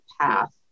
path